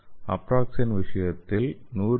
ஆப்ராக்ஸேன் விஷயத்தில் 100 மி